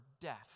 deaf